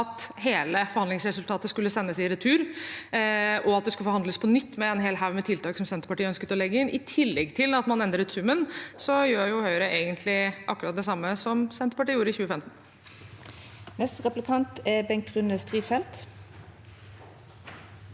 at hele forhandlingsresultatet skulle sendes i retur, og at det skulle forhandles på nytt med en hel haug med tiltak som Senterpartiet ønsket å legge inn, i tillegg til at man endret summen. Så Høyre gjør egentlig akkurat det samme som Senterpartiet gjorde i 2015. Bengt Rune Strifeldt